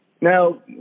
Now